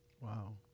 Wow